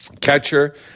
Catcher